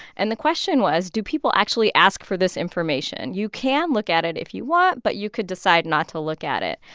and the question was do people actually ask for this information? and you can look at it if you want, but you could decide not to look at it.